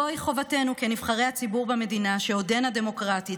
זוהי חובתנו כנבחרי הציבור במדינה שעודנה דמוקרטית.